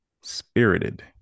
Spirited